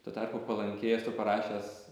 tuo tarpu palankiai esu parašęs